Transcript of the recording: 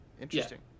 interesting